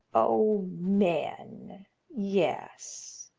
oh, men yes.